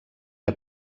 que